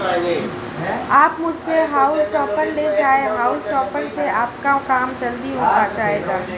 आप मुझसे हॉउल टॉपर ले जाएं हाउल टॉपर से आपका काम जल्दी हो जाएगा